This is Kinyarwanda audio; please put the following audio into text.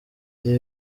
ibi